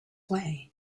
way